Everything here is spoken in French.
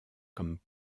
comme